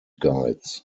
guides